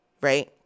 right